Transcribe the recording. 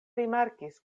rimarkis